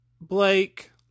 Blake